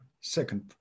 second